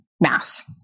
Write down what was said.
mass